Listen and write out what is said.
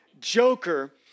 joker